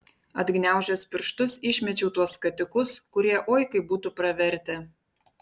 atgniaužęs pirštus išmečiau tuos skatikus kurie oi kaip būtų pravertę